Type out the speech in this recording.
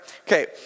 Okay